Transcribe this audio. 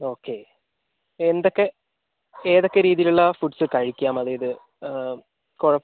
okay എന്തൊക്കെ ഏതൊക്കെ രീതിയിലുള്ള ഫൂഡ്സ് കഴിക്കാം അതായത് കൊഴ